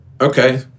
okay